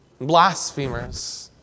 blasphemers